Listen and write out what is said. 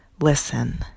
Listen